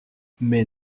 mais